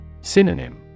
Synonym